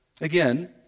Again